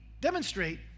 demonstrate